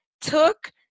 took